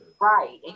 Right